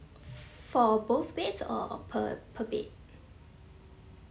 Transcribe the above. for both beds or per per bed